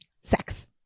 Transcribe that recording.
Sex